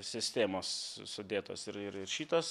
sistemos sudėtos ir ir ir šitas